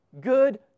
good